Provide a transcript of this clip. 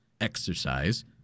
exercise